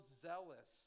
zealous